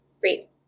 Great